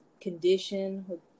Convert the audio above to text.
condition